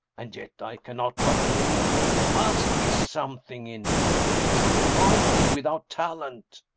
and yet i cannot but think there must be something in him he can't be without talent.